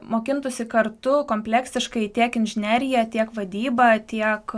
mokintųsi kartu kompleksiškai tiek inžineriją tiek vadybą tiek